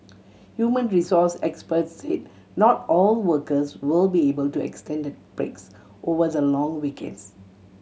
human resource experts say not all workers will be able to extended breaks over the long weekends